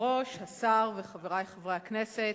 השר וחברי חברי הכנסת,